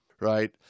right